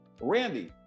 Randy